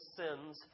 sins